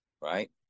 right